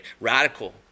Radical